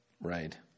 Right